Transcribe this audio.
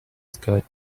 skirt